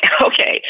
Okay